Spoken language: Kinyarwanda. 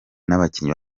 n’abakinnyi